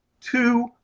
two